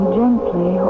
gently